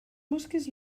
mosques